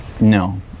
No